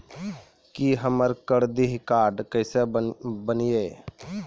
की हमर credit card केसे बनिये?